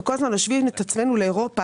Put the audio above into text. וכל הזמן משווים את עצמנו לאירופה,